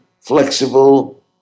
flexible